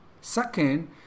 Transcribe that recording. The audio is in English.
second